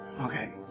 Okay